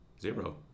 zero